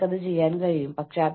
ആർക്കൊക്കെയോ ക്ഷീണം തോന്നുന്നു